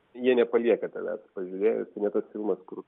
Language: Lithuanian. jie nepalieka tavęs pažiūrėjus ne tas filmas kur